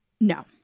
No